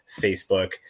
Facebook